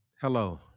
Hello